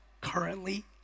currently